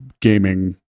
gaming